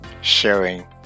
sharing